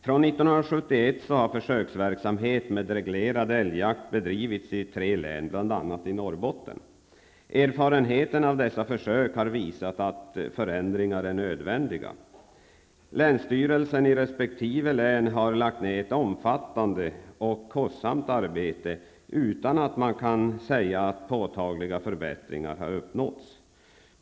Från 1971 har försöksverksamhet med reglerad älgjakt bedrivits i tre län, bl.a. i Norrbotten. Erfarenheterna av dessa försök har visat att förändringar är nödvändiga. Länsstyrelsen i resp. län har lagt ner ett omfattande och kostsamt arbete utan att man kan säga att påtagliga förbättringar har uppnåtts.